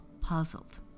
puzzled